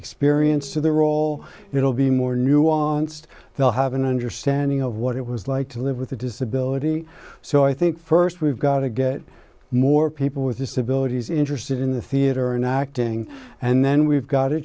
experience to their role it'll be more nuanced they'll have an understanding of what it was like to live with a disability so i think first we've got to get more people with disabilities interested in the theater and acting and then we've got to